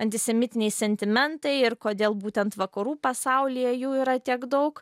antisemitiniai sentimentai ir kodėl būtent vakarų pasaulyje jų yra tiek daug